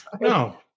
No